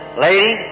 Lady